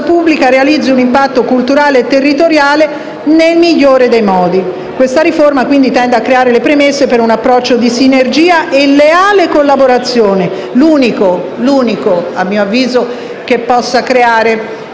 pubblica realizzi un impatto culturale e territoriale nel migliore dei modi. Questa riforma, quindi, tende a creare le premesse per un approccio di sinergia e leale collaborazione, l'unico - a mio avviso - che possa creare